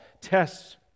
tests